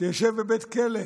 שישב בבית כלא.